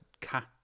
cat